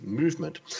movement